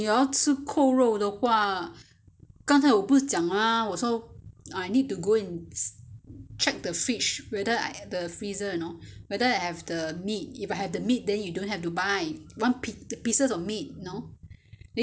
刚才我不是讲啊我说 I need to go and check the fridge whether I at the freezer you know whether I have the meat if I had the meat then you don't have to buy one piec~ pieces of meat you know then you don't have to go and buy but you need to go and buy the bun